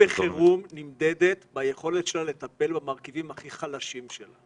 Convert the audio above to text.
חברה בחירום נמדדת ביכולת שלה לטפל במרכיבים הכי חלשים שלה.